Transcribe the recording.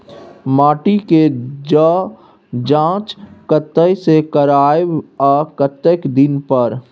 माटी के ज जॉंच कतय से करायब आ कतेक दिन पर?